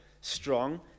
strong